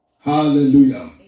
Hallelujah